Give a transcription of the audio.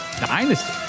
dynasty